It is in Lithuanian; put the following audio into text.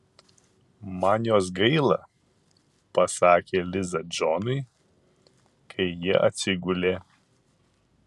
man jos gaila pasakė liza džonui kai jie atsigulė